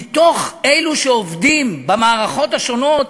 מתוך אלו שעובדים במערכות השונות,